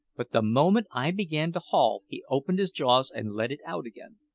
but the moment i began to haul he opened his jaws and let it out again.